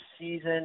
season